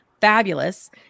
fabulous